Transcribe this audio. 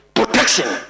protection